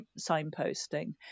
signposting